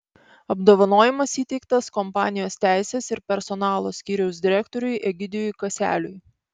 apdovanojimas įteiktas kompanijos teisės ir personalo skyriaus direktoriui egidijui kaseliui